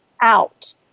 out